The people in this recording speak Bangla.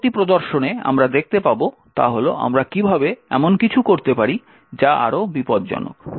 পরবর্তী প্রদর্শনে আমরা যা দেখতে পাব তা হল আমরা কীভাবে এমন কিছু করতে পারি যা আরও বিপজ্জনক